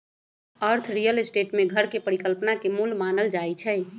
अर्थ real estate में घर के परिकल्पना के मूल मानल जाई छई